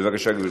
בבקשה, גברתי.